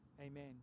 Amen